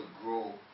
grow